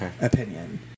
opinion